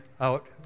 out